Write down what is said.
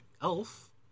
elf